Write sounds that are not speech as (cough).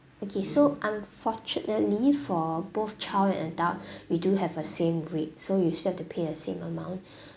okay so unfortunately for both child and adult (breath) we do have a same rate so you still have to pay the same amount (breath)